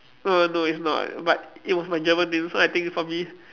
no no it's not but it was from German name so I think is probably